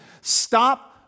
Stop